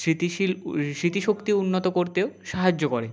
স্মৃতিশীল স্মৃতি শক্তি উন্নত করতেও সাহায্য করে